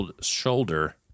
shoulder